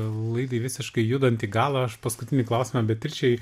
laidai visiškai judant į galą aš paskutinį klausimą beatričei